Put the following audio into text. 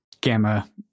gamma